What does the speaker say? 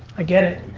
i get it.